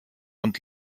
und